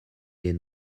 les